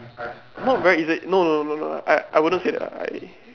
not very easily no no no no I I wouldn't say that I